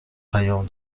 پیام